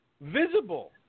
Visible